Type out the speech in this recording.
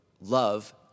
love